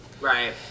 Right